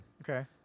Okay